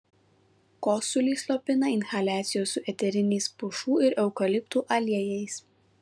kosulį slopina inhaliacijos su eteriniais pušų ir eukaliptų aliejais